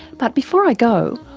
but before i go,